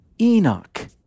Enoch